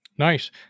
Nice